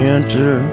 Enter